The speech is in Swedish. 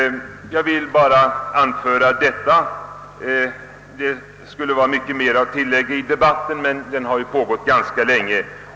Jag har bara velat anföra detta. Det skulle vara mycket mer att tillägga, men debatten har ju pågått ganska länge.